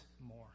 more